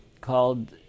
called